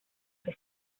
que